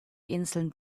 inseln